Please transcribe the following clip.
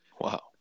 Wow